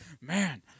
man